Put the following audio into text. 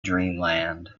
dreamland